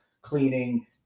cleaning